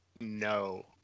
No